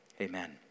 amen